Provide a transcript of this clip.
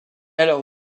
alors